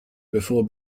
before